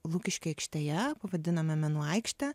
lukiškių aikštėje pavadinome menų aikšte